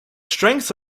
strengths